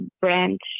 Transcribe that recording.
branch